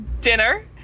dinner